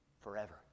Forever